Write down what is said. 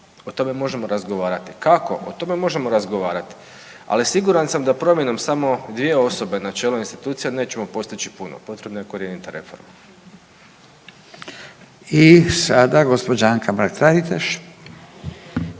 O tome možemo razgovarati. Kako? O tome možemo razgovarati. Ali siguran sam da promjenom samo 2 osobe na čelu institucija nećemo postići puno. Potrebna je korjenita reforma. **Radin, Furio